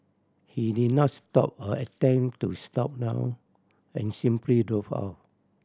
he did not stop or attempt to slow down and simply drove off